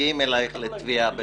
מגיעים אלייך לתביעה בשנה.